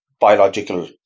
biological